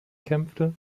kämpfte